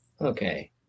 Okay